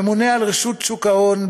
הממונה על רשות שוק ההון,